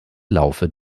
laufe